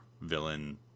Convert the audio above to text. villain